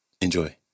Enjoy